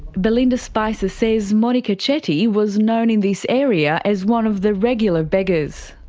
belinda spicer says monika chetty was known in this area as one of the regular beggars.